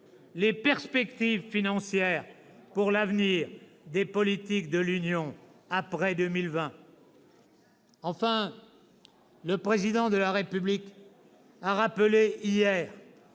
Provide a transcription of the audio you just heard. les perspectives financières dont dépendra l'avenir des politiques de l'Union après 2020. « Enfin, le Président de la République a rappelé hier